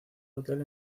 hotel